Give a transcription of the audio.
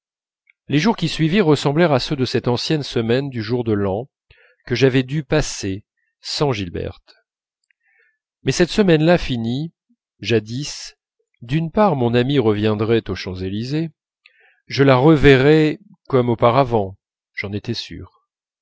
les jours qui suivirent ressemblèrent à ceux de cette ancienne semaine du jour de l'an que j'avais dû passer sans gilberte mais cette semaine-là finie jadis d'une part mon amie reviendrait aux champs-élysées je la reverrais comme auparavant j'en étais sûr